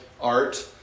art